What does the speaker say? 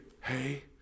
hey